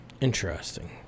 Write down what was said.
Interesting